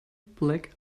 black